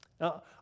Now